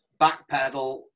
backpedal